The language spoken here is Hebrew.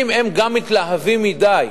אם הם גם מתלהבים מדי,